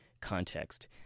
Context